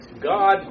God